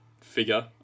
figure